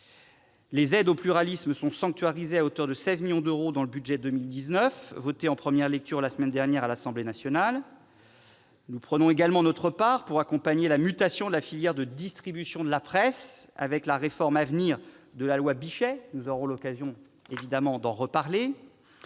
Les aides au pluralisme sont sanctuarisées à hauteur de 16 millions d'euros dans le budget pour 2019, voté en première lecture la semaine dernière par l'Assemblée nationale. Nous prenons également notre part pour accompagner la mutation de la filière de distribution de la presse, avec la réforme à venir de la loi Bichet- nous aurons l'occasion d'en reparler.